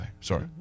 sorry